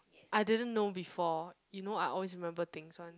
I didn't know before you know I always remember things one